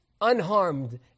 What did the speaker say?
unharmed